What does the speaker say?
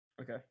Okay